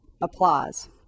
applause